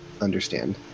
understand